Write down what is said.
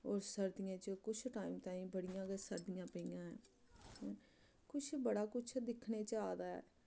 होर सर्दियें च कुछ टाइम ताईं बड़ियां गै सर्दियां पेइयां ऐ कुछ बड़ा कुछ दिक्खने च आ दा ऐ